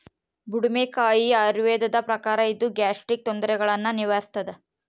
ಬುಡುಮೆಕಾಯಿ ಆಯುರ್ವೇದದ ಪ್ರಕಾರ ಇದು ಗ್ಯಾಸ್ಟ್ರಿಕ್ ತೊಂದರೆಗುಳ್ನ ನಿವಾರಿಸ್ಥಾದ